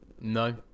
No